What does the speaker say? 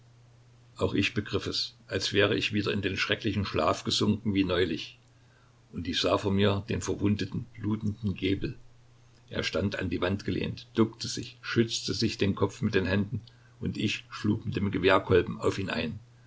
auch ich begriff es als wäre ich wieder in den schrecklichen schlaf gesunken wie neulich und ich sah vor mir den verwundeten blutenden gebel er stand an die wand gelehnt duckte sich schützte sich den kopf mit den händen und ich schlug mit dem gewehrkolben auf ihn ein